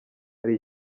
hari